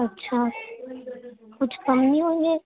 اچھا کچھ کم نہیں ہوں گے